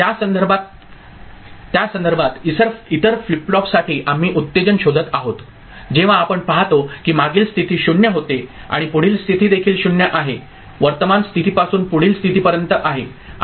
तर त्या संदर्भात त्या संदर्भात एसआर फ्लिप फ्लॉपसाठी आम्ही उत्तेजन शोधत आहोत जेव्हा आपण पाहतो की मागील स्थिती 0 होते आणि पुढील स्थिती देखील 0 आहे वर्तमान स्थितीपासून पुढील स्थितीपर्यंत आहे